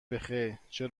بخیر، چه